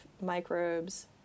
microbes